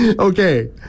Okay